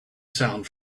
sound